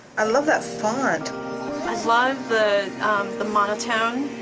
i love that font. i love the the monotone.